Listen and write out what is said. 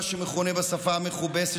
מה שמכונה בשפה המכובסת,